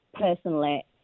personally